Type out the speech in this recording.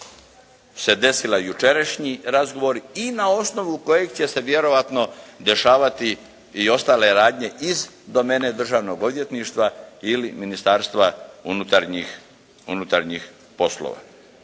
se desila jučerašnji razgovori i na osnovu kojeg će se vjerovatno dešavati i ostale radnje iz domene Državnog odvjetništva ili Ministarstva unutarnjih poslova.